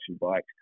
bikes